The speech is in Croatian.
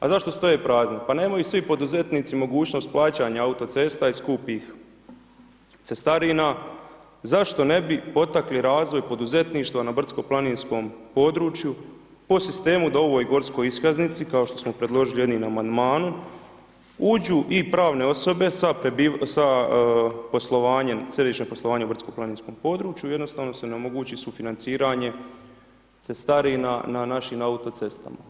A zašto stoje prazne, pa nemaju svi poduzetnici mogućnost plaćanja autocesta i skupih cestarina, zašto ne bi potakli razvoj poduzetništva na brdsko-planinskom području po sistemu da ovoj gorskoj iskaznici kao što smo predložili jednim amandmanom, uđu i pravne osobe sa središnjim poslovanjem na brdsko-planinskom području i jednostavno se omogući sufinanciranje cestarina na našim autocestama?